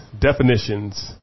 definitions